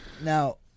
Now